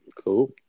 Cool